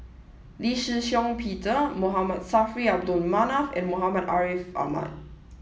Lee Shih Shiong Peter M Saffri A Manaf and Muhammad Ariff Ahmad